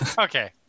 Okay